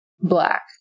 black